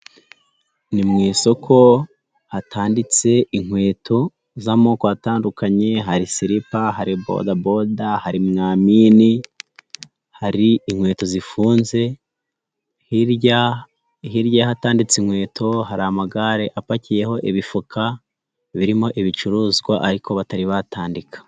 Ni mu isoko hatanditse inkweto z'amoko atandukanye hari siripa hari bodaboda hari mwaminini hari inkweto zifunze hirya hirya y' ahataditse inkweto hari amagare apakiyeho ibifuka birimo ibicuruzwa ariko batari batandika.